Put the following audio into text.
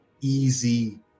easy